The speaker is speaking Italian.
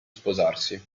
sposarsi